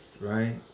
right